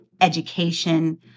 education